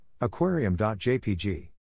Aquarium.jpg